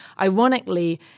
Ironically